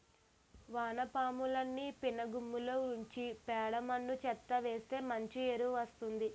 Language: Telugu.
వానపాములని సిన్నగుమ్మిలో ఉంచి పేడ మన్ను చెత్తా వేస్తె మంచి ఎరువు వస్తాది